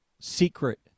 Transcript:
secret